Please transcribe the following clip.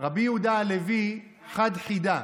רבי יהודה הלוי חד חידה.